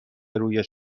روی